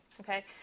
Okay